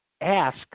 ask